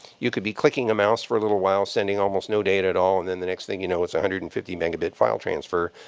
you could be clicking a mouse for a little while, sending almost no data at all, and and the next thing you know, it's a one hundred and fifty megabit file transfer.